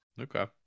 Okay